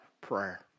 prayer